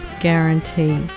guarantee